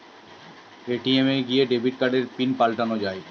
ATM এ গিয়ে debit কার্ডের পিন পাল্টানো যায়